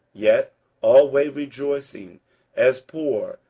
yet alway rejoicing as poor,